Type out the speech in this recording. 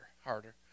Harder